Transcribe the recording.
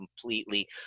completely